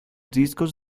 discos